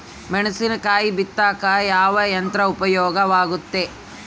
ಮೆಣಸಿನಕಾಯಿ ಬಿತ್ತಾಕ ಯಾವ ಯಂತ್ರ ಉಪಯೋಗವಾಗುತ್ತೆ?